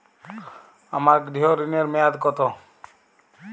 আমার গৃহ ঋণের মেয়াদ কত?